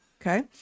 Okay